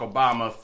Obama